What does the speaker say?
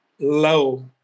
low